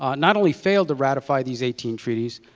um not only failed to ratify these eighteen treaties,